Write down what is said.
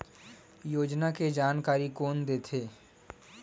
योजना के जानकारी कोन दे थे?